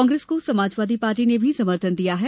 कांग्रेस को समाजवादी पार्टी ने भी समर्थन दिया है